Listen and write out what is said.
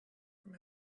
from